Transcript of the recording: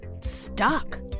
stuck